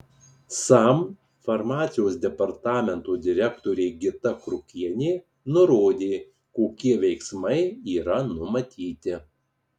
sam farmacijos departamento direktorė gita krukienė nurodė kokie veiksmai yra numatyti